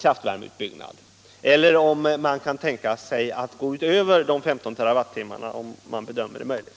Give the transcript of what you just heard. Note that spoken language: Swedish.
kraftvärmeutbyggnad eller om man kan tänka sig gå därutöver om det bedöms som möjligt.